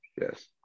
Yes